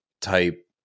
type